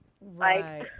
right